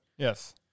Yes